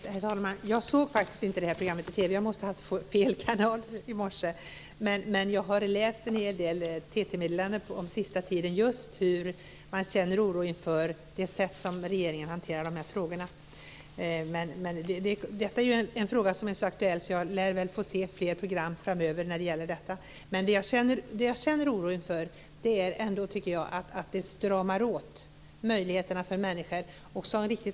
Herr talman! Jag såg faktiskt inte detta program i TV. Jag måste ha haft fel kanal i morse. Men jag har läst en hel del TT-meddelanden sista tiden just om hur man känner oro inför det sätt som regeringen hanterar dessa frågor på. Det är en fråga som är så aktuell att jag lär får se fler program framöver när det gäller detta. Det jag känner oro inför är ändå att det stramar åt möjligheterna för människor.